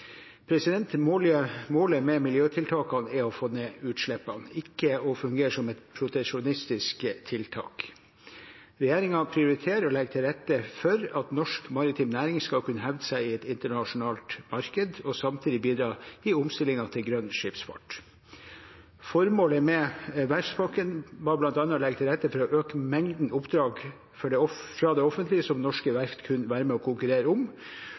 Målet med miljøtiltakene er å få ned utslippene, ikke å fungere som et proteksjonistisk tiltak. Regjeringen prioriterer å legge til rette for at norsk maritim næring skal kunne hevde seg i et internasjonalt marked og samtidig bidra i omstillingen til grønn skipsfart. Formålet med verftspakken var bl.a. å legge til rette for å øke mengden oppdrag fra det offentlige som norske verft kunne være med og konkurrere om.